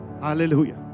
Hallelujah